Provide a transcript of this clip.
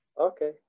Okay